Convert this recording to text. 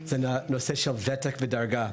וזה נושא ותק ודרגה.